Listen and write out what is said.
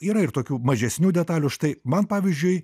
yra ir tokių mažesnių detalių štai man pavyzdžiui